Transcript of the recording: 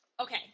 okay